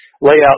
layout